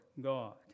God